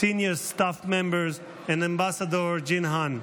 senior staff members and Ambassador Jinhan.